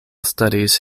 studies